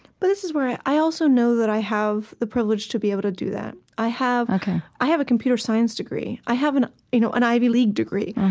but this is where i i also know that i have the privilege to be able to do that. i have i have a computer science degree. i have an you know an ivy league degree.